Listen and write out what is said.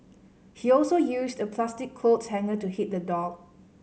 he also used a plastic clothes hanger to hit the dog